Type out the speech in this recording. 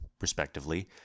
respectively